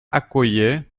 accoyer